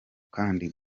kandi